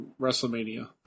WrestleMania